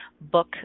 book